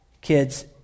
kids